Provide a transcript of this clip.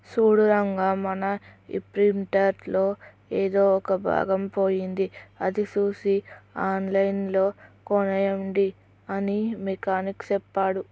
సూడు రంగా మన ఇంప్రింటర్ లో ఎదో ఒక భాగం పోయింది అది సూసి ఆన్లైన్ లో కోనేయండి అని మెకానిక్ సెప్పాడు